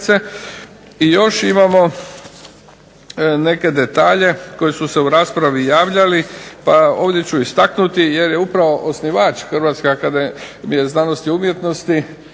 I još imamo neke detalje koji su se u raspravi javljali, ovdje ću istaknuti jer je upravo osnivač Hrvatske akademije znanosti i umjetnosti